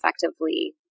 effectively